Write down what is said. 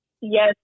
Yes